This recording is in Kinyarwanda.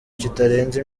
kitarenze